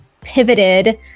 pivoted